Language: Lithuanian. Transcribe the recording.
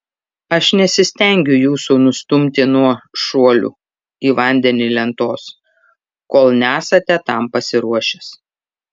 aš nesistengiu jūsų nustumti nuo šuolių į vandenį lentos kol nesate tam pasiruošęs